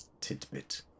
tidbit